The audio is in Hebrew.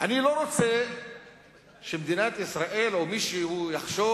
אני לא רוצה שמדינת ישראל או מישהו יחשוב